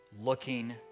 looking